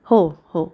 हो हो